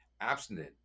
abstinent